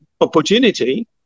opportunity